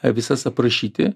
a visas aprašyti